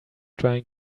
trying